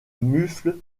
mufle